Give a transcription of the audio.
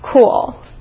cool